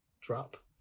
drop